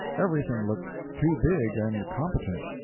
everything looked too big and competent.